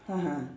(uh huh)